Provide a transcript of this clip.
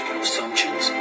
assumptions